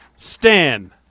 Stan